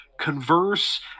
converse